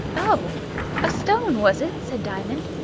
oh a stone, was it? said diamond.